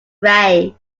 rains